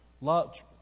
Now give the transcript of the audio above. Love